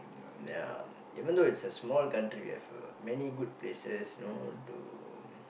ya even though it's a small country we have many good places you know to